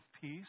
peace